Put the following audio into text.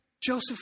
Joseph